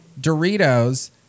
Doritos